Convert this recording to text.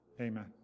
amen